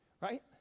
right